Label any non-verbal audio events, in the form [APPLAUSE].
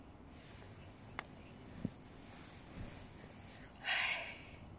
[BREATH]